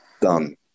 done